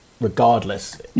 regardless